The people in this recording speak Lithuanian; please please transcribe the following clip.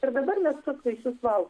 ir dabar mes tuos vaisius valgom